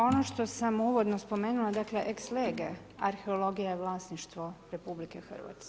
Ono što sam uvodno spomenula ex lege arheologija vlasništvo RH.